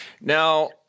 now